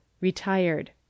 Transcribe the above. retired